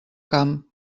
camp